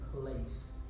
place